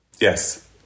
Yes